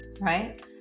right